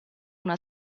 una